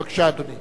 בבקשה, אדוני.